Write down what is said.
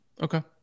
Okay